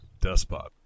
despot